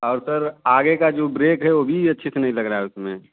और सर आगे का जो ब्रेक है वो भी अच्छे से नहीं लग रहा है उसमें